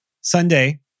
Sunday